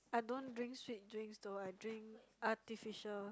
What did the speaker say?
I don't drink sweet drinks though I drink artificial